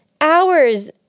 hours